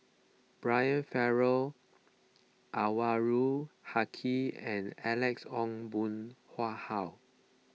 Brian Farrell Anwarul Haque and Alex Ong Boon Hau